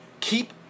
keep